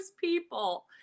people